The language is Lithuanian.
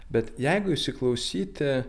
bet jeigu įsiklausyti